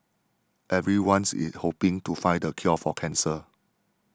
everyone's is hoping to find the cure for cancer